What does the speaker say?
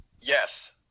yes